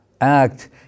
act